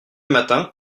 matins